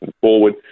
forward